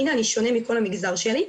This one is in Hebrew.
הנה אני שונה מכל המגזר שלי,